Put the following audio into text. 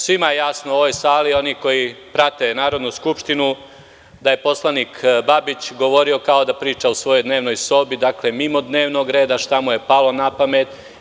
Svima je jasno u ovoj sali oni, koji prate Narodnu skupštinu, da je poslanik Babić govorio kao da priča u svojoj dnevnoj sobi, dakle mimo dnevnog reda, šta mu je palo na pamet.